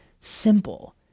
simple